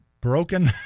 broken